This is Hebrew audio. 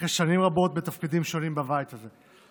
אחרי שנים רבות בתפקידים שונים בבית הזה.